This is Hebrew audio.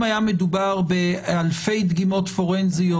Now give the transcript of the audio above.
אם היה מדובר באלפי דגימות פורנזיות,